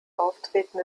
auftreten